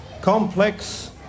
complex